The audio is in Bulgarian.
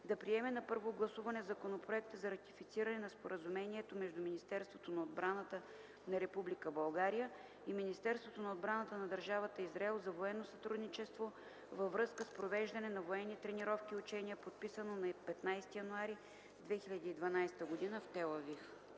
да приеме на първо гласуване Законопроекта за ратифициране на Споразумението между Министерството на отбраната на Република България и Министерството на отбраната на Държавата Израел за военно сътрудничество във връзка с провеждане на военни тренировки и учения, подписано на 15 януари 2012 г. в Тел Авив.”